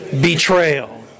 betrayal